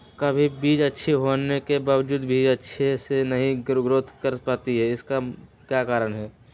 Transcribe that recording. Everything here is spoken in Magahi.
कभी बीज अच्छी होने के बावजूद भी अच्छे से नहीं ग्रोथ कर पाती इसका क्या कारण है?